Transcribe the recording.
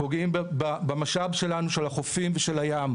פוגעים בחופים ובים,